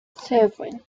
seven